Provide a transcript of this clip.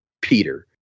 Peter